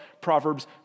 Proverbs